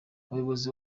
ubuyobozi